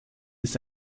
ist